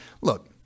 Look